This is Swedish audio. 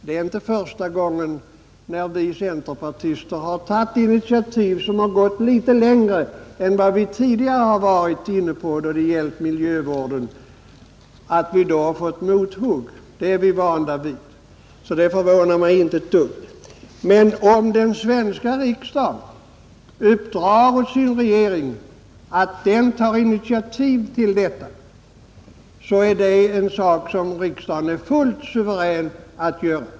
Det är inte första gången som vi centerpartister fått mothugg när vi har tagit initiativ som gått litet längre än vad vi tidigare varit inne på då det gällt miljövården. Det är vi vana vid. Men om den svenska riksdagen uppdrar åt sin regering att ta initiativ till detta, så är det något som riksdagen är fullt suverän att göra.